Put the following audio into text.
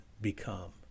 become